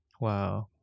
Wow